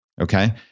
Okay